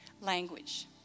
language